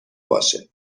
باشه